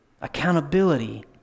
accountability